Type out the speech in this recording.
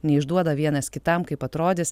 neišduoda vienas kitam kaip atrodys